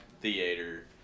theater